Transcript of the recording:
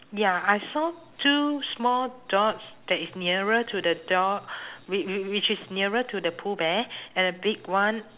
ya I saw two small dots that is nearer to the door whi~ whi~ which is nearer to the pooh bear and a big one